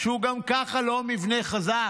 שהוא גם ככה לא מבנה חזק,